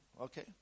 Okay